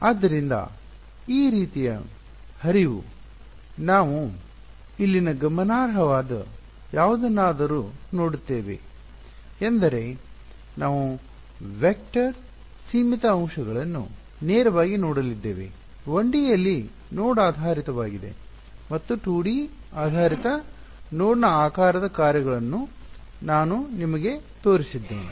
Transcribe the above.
ಆದ್ದರಿಂದ ಈ ರೀತಿಯ ಹರಿವು ನಾವು ಇಲ್ಲಿ ಗಮನಾರ್ಹವಾದ ಯಾವುದನ್ನಾದರೂ ನೋಡುತ್ತೇವೆ ಎಂದರೆ ನಾವು ವೆಕ್ಟರ್ ಸೀಮಿತ ಅಂಶಗಳನ್ನು ನೇರವಾಗಿ ನೋಡಲಿದ್ದೇವೆ 1D ಯಲ್ಲಿ ನೋಡ್ ಆಧಾರಿತವಾಗಿದೆ ಮತ್ತು 2D ಆಧಾರಿತ ನೋಡ್ ನ ಆಕಾರ ಕಾರ್ಯಗಳನ್ನು ನಾನು ನಿಮಗೆ ತೋರಿಸಿದ್ದೇನೆ